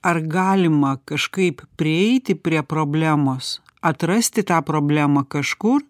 ar galima kažkaip prieiti prie problemos atrasti tą problemą kažkur